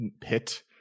pit